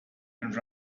and